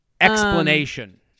explanation